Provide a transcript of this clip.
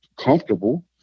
comfortable